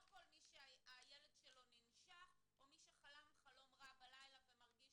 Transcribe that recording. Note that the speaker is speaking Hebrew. לא כל מי שהילד שלו ננשך או מי שחלם חלום רע בלילה ועכשיו מרגיש